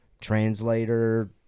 translator